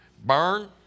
Burn